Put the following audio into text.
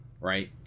right